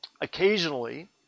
Occasionally